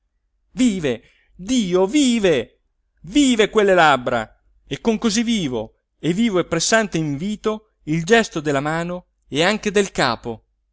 vive dio vive vive quelle labbra e con così vivo vivo e pressante invito il gesto della mano e anche del capo